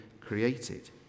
created